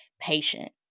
patient